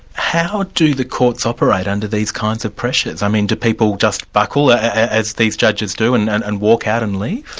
how do the courts operate under these kinds of pressures? i mean do people just buckle, as these judges and and and walk out and leave?